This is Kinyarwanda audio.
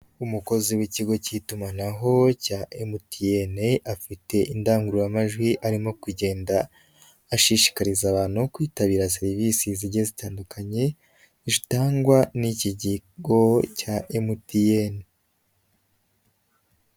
Umukozi w'ikigo k'itumanaho cya MTN afite indangururamajwi arimo kugenda ashishikariza abantu kwitabira serivisi zigiye zitandukanye zitangwa n'iki kigo cya MTN.